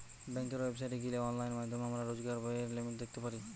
বেংকের ওয়েবসাইটে গিলে অনলাইন মাধ্যমে আমরা রোজকার ব্যায়ের লিমিট দ্যাখতে পারি